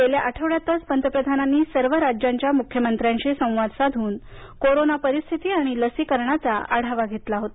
गेल्या आठवड्यातच पंतप्रधानांनी सर्व राज्यांच्या मुख्यमंत्र्यांशी संवाद साधून कोरना परिस्थिती आणि लसीकरणाचा आढावा घेतला होता